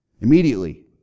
Immediately